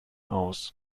aus